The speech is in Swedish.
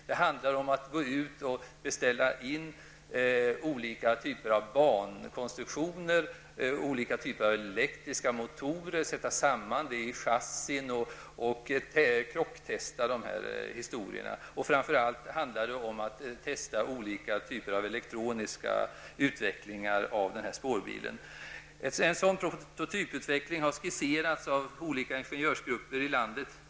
Det handlar om att beställa olika typer av bankonstruktioner och olika typer av elektriska motorer, att sätta samman dem i chassin och krocktesta dem. Framför allt handlar det om att testa olika typer av elektroniska utvecklingsmodeller av spårbilen. En sådan prototyputveckling har skisserats av olika ingenjörsgrupper i landet.